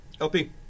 LP